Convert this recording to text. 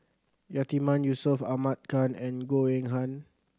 Yatiman Yusof Ahmad Khan and Goh Eng Han